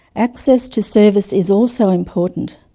access to services is also important.